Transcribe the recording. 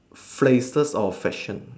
phases of fashion